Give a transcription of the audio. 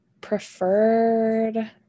preferred